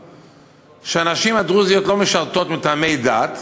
שהנשים הדרוזיות לא משרתות מטעמי דת.